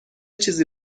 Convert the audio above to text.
چیزی